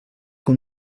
que